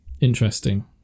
Interesting